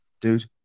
Dude